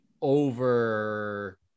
over